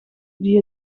die